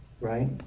right